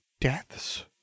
deaths